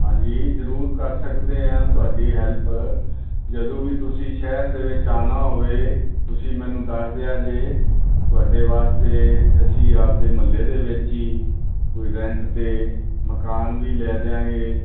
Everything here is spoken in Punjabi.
ਹਾਂਜੀ ਜ਼ਰੂਰ ਕਰ ਸਕਦੇ ਹਾਂ ਤੁਹਾਡੀ ਹੈਲਪ ਜਦੋਂ ਵੀ ਤੁਸੀਂ ਸ਼ਹਿਰ ਦੇ ਵਿੱਚ ਆਉਣਾ ਹੋਵੇ ਤੁਸੀਂ ਮੈਨੂੰ ਦੱਸ ਦਿਆ ਜੇ ਤੁਹਾਡੇ ਵਾਸਤੇ ਅਸੀਂ ਆਪਦੇ ਮਹੱਲੇ ਦੇ ਵਿੱਚ ਹੀ ਕੋਈ ਰੈਂਟ 'ਤੇ ਮਕਾਨ ਵੀ ਲੈ ਦਿਆਂਗੇ